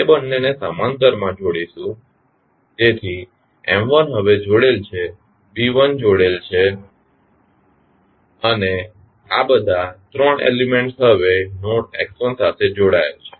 તેથી હવે જોડેલ છે જોડેલ છે અને આ બધા 3 એલીમેન્ટ્સ હવે નોડ સાથે જોડાયેલા છે